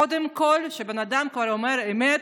קודם כול, כשאדם אומר אמת,